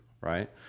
right